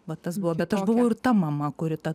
va tas buvo bet aš buvo ir ta mama kuri ta